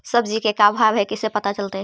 सब्जी के का भाव है कैसे पता चलतै?